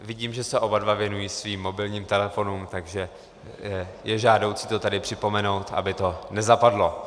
Vidím, že se oba dva věnují svým mobilním telefonům, takže je žádoucí to tady připomenout, aby to nezapadlo.